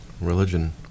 Religion